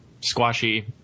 squashy